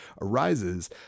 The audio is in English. arises